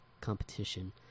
competition